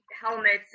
helmets